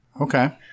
Okay